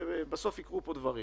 בסוף יקרו פה דברים.